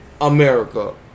America